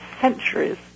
centuries